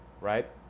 right